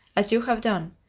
as you have done,